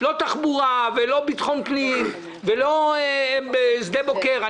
- לא תחבורה, לא ביטחון פנים, לא שדה בוקר.